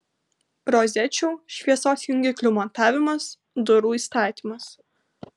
rozečių šviesos jungiklių montavimas durų įstatymas